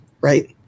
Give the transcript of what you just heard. right